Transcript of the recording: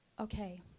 Okay